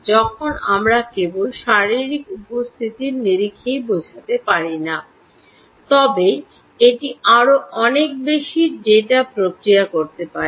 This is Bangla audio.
যখন আমরা কেবল তার শারীরিক উপস্থিতির নিরিখেই বোঝাতে পারি না তবে এটি আরও অনেক বেশি ডেটা প্রক্রিয়া করতে পারে